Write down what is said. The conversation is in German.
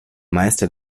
meister